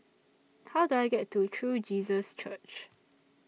How Do I get to True Jesus Church